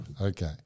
Okay